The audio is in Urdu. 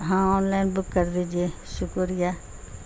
ہاں آن لائن بک کر دیجیے شکریہ